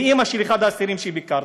אימא של אחד האסירים שביקרתי,